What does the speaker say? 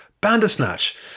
Bandersnatch